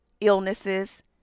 illnesses